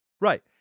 Right